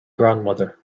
grandmother